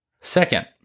Second